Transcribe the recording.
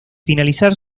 finalizar